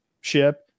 ship